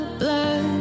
blood